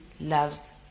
loves